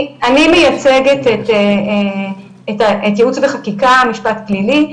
אני מייצגת את ייעוץ וחקיקה משפט פלילי.